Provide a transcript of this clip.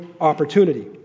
opportunity